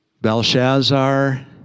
Belshazzar